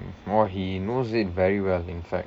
well he knows it very well in fact